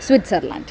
Switzerland